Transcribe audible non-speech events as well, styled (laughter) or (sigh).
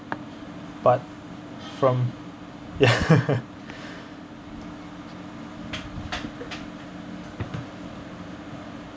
but from (laughs) ya